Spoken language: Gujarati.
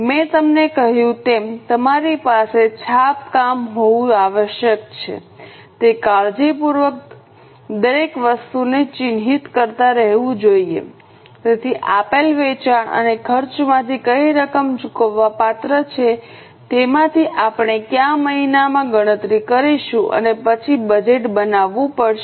મેં તમને કહ્યું તેમ તમારી પાસે છાપ કામ હોવું આવશ્યક છે તે કાળજીપૂર્વક દરેક વસ્તુને ચિહ્નિત કરતા રહેવું જોઈએ તેથી આપેલ વેચાણ અને ખર્ચમાંથી કઈ રકમ ચૂકવવાપાત્ર છે તેમાંથી આપણે કયા મહિનામાં ગણતરી કરીશું અને પછી બજેટ બનાવવું પડશે